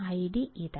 ID ഇതാ